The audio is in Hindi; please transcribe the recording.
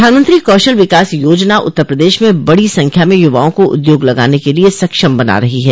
प्रधानमंत्री कौशल विकास योजना उत्तर प्रदेश में बड़ी संख्या में यूवाओं को उद्योग लगाने के लिए सक्षम बना रही है